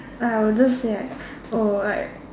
I will just say like oh like